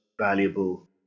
valuable